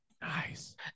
Nice